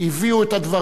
הביאו את הדברים,